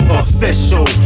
official